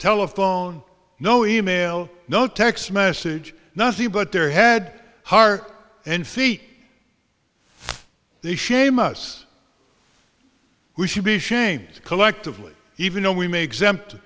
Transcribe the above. telephone no e mail no text message nothing but their head heart and feet the shame us we should be shamed collectively even though we may exempt